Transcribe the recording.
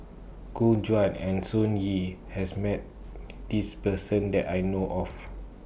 Gu Juan and Sun Yee has Met This Person that I know of